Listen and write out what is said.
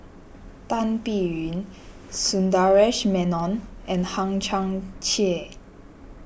Tan Biyun Sundaresh Menon and Hang Chang Chieh